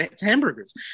hamburgers